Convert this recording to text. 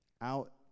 out